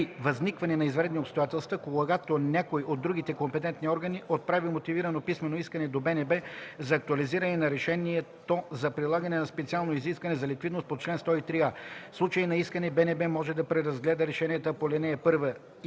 възникване на извънредни обстоятелства, когато някой от другите компетентни органи отправи мотивирано писмено искане до БНБ за актуализиране на решението за прилагане на специално изискване за ликвидност по чл. 103а. В случай на искане БНБ може да преразгледа решенията по ал. 1